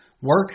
Work